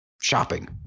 shopping